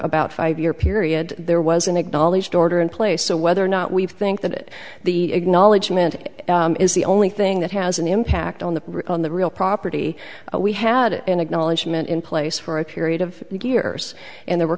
about five year period there was an acknowledged order in place so whether or not we think that the acknowledgment is the only thing that has an impact on the on the real property we had an acknowledgment in place for a period of years and there